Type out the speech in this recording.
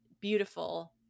beautiful